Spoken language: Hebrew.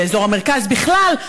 באזור המרכז ובכלל,